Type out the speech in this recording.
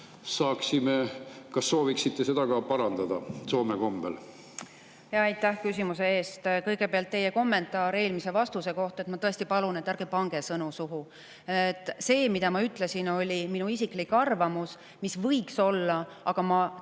suhtute? Kas sooviksite seda ka parandada Soome kombel?